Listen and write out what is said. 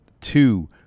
two